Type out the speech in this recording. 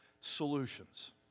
solutions